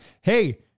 Hey